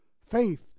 faith